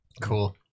Cool